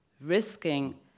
risking